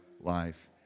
life